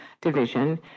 Division